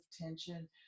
tension